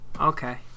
Okay